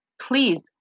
please